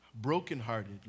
brokenhearted